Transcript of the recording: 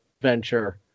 venture